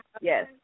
yes